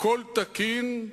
הכול תקין,